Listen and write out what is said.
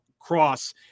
Cross